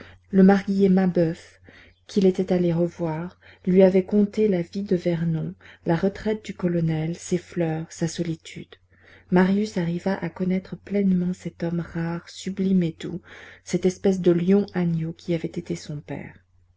le marguillier mabeuf qu'il était allé revoir lui avait conté la vie de vernon la retraite du colonel ses fleurs sa solitude marius arriva à connaître pleinement cet homme rare sublime et doux cette espèce de lion agneau qui avait été son père